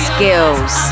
Skills